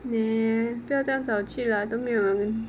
你不要这样早去 lah 都没有人